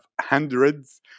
hundreds